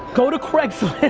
go to craigslist,